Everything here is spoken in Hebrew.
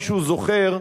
מישהו זוכר,